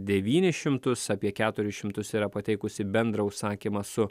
devynis šimtus apie keturis šimtus yra pateikusi bendrą užsakymą su